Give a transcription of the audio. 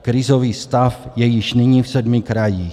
Krizový stav je již nyní v sedmi krajích.